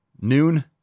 noon